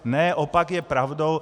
Ne, opak je pravdou.